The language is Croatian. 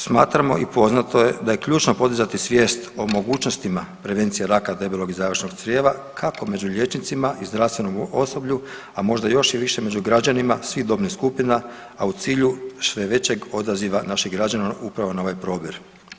Smatramo i poznato je da je ključno podizati svijest o mogućnostima prevencije raka debelog i završnog crijeva kako među liječnicima i zdravstvenom osoblju, a možda još i više među građanima svih dobnih skupina, a u cilju sve većeg odaziva naših građana upravo na ovaj probir.